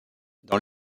dans